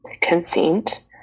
consent